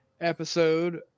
episode